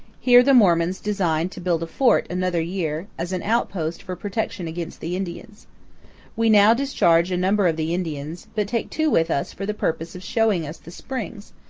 here the mormons design to build a fort another year, as an outpost for protection against the indians we now discharge a number of the indians, but take two with us for the purpose of showing us the springs,